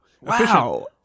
Wow